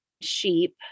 sheep